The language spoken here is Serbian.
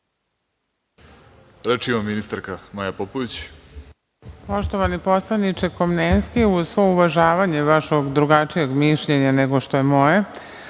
Reč ima ministarka Maja Popović.